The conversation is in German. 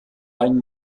einen